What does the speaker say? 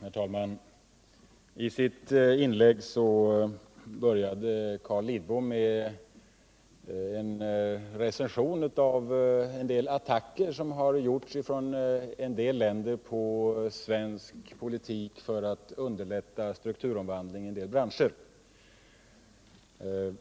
Herr talman! Carl Lidbom började sitt inlägg med en recension av attacker som en del länder har gjort mot den politik som förts i Sverige i syfte att underlätta strukturomvandlingen i vissa branscher.